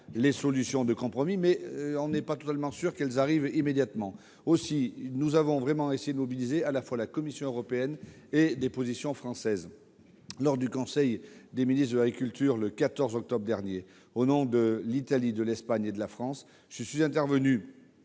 les solutions de compromis, mais nous ne sommes pas totalement assurés qu'elles arrivent immédiatement. Aussi avons-nous essayé de mobiliser à la fois la Commission européenne et des positions françaises. Lors du conseil des ministres de l'agriculture du 14 octobre dernier, je suis intervenu au nom de l'Italie, de l'Espagne et de la France pour solliciter